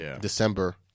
December